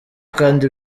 kandi